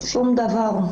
שום דבר.